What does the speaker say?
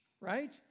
right